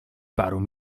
paru